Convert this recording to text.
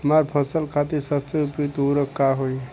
हमार फसल खातिर सबसे उपयुक्त उर्वरक का होई?